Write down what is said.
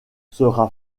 sera